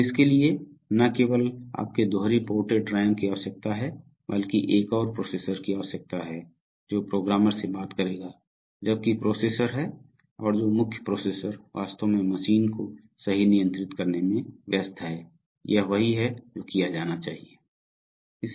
तो इसके लिए न केवल आपको दोहरी पोर्टेड रैम की आवश्यकता है बल्कि एक और प्रोसेसर की आवश्यकता है जो प्रोग्रामर से बात करेगा जबकि प्रोसेसर है और जो मुख्य प्रोसेसर वास्तव में मशीन को सही नियंत्रित करने में व्यस्त है यह वही है जो किया जाना चाइये